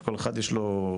כל אחד יש לו,